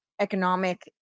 Economic